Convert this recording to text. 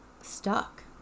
stuck